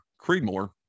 creedmoor